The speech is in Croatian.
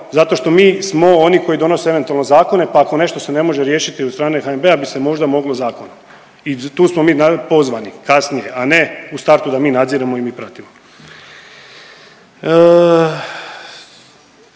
zato što mi smo oni koji donose eventualno zakone pa ako nešto se ne može riješiti od strane HNB-a bi se možda moglo zakonom i tu smo mi pozvani kasnije, a ne u startu da mi nadziremo i mi pratimo.